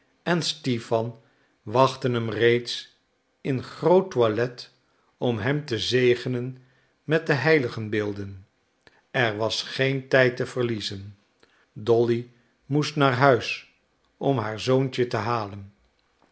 en stipan wachtten hem reeds in groot toilet om hem te zegenen met de heiligenbeelden er was geen tijd te verliezen dolly moest naar huis om haar zoontje te halen